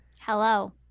Hello